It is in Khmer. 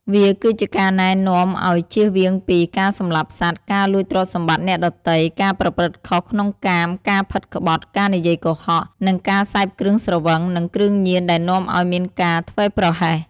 វាគឺជាការណែនាំឱ្យជៀសវាងពី ការសម្លាប់សត្វ ការលួចទ្រព្យសម្បត្តិអ្នកដទៃ ការប្រព្រឹត្តខុសក្នុងកាម ការផិតក្បត់ ការនិយាយកុហក និងការសេពគ្រឿងស្រវឹង និងគ្រឿងញៀនដែលនាំឱ្យមានការធ្វេសប្រហែស។